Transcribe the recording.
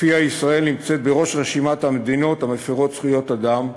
שלפיה ישראל נמצאת בראש רשימת המדינות המפרות זכויות אדם,